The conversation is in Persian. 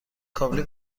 کابلی